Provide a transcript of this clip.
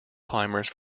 climbers